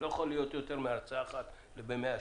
לא יכול להיות יותר מהרצאה אחת ב-100 שקל.